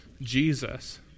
Jesus